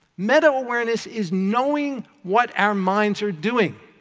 meta-awareness is knowing what our minds are doing.